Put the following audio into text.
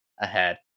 ahead